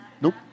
Nope